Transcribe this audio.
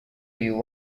you